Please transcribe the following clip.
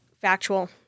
factual